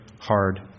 hard